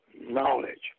knowledge